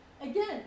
Again